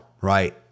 right